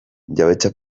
jabetza